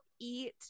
eat